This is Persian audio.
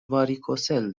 واریکوسل